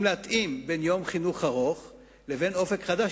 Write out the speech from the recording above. להתאים בין יום חינוך ארוך לבין "אופק חדש",